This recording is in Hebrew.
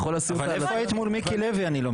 איפה הייתה המועמדות מול מיקי לוי?